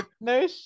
no